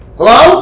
Hello